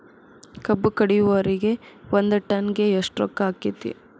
ಕಬ್ಬು ಕಡಿಯುವರಿಗೆ ಒಂದ್ ಟನ್ ಗೆ ಎಷ್ಟ್ ರೊಕ್ಕ ಆಕ್ಕೆತಿ?